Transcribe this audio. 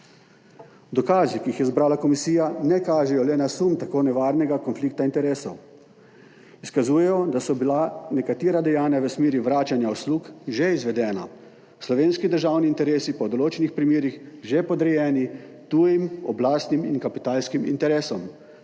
Dokazi, ki jih je zbrala komisija, ne kažejo le na sum tako nevarnega konflikta interesov. Izkazujejo, da so bila nekatera dejanja v smeri vračanja uslug že izvedena, slovenski državni interesi pa v določenih primerih že podrejeni tujim oblastnim in kapitalskim interesom